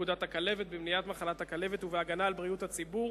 פקודת הכלבת במניעת מחלת הכלבת ובהגנה על בריאות הציבור